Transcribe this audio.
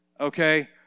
Okay